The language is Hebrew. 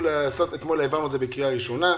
אתמול העברנו את זה בקריאה ראשונה,